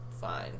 Fine